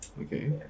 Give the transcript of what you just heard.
Okay